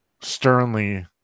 sternly